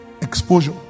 Exposure